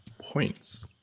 points